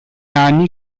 anni